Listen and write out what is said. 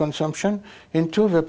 consumption into the